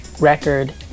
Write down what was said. record